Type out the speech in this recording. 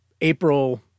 April